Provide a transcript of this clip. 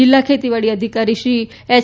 જિલ્લા ખેતીવાડી અધિકારી શ્રી એય